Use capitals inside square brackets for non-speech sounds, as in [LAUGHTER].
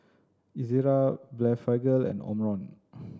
Ezerra Blephagel and Omron [NOISE]